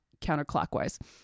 counterclockwise